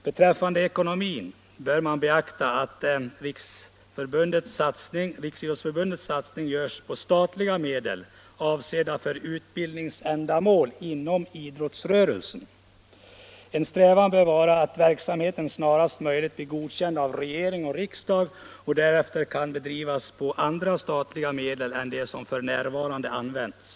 Beträffande ekonomin bör man beakta att Riksidrottsförbundets satsning görs med statliga medel avsedda för utbildningsändamål inom idrottsrörelsen. En strävan bör vara att verksamheten snarast möjligt blir godkänd av regering och riksdag, så att den därefter kan bedrivas med andra statliga medel än de som f.n. används.